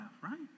right